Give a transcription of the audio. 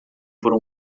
por